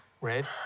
Red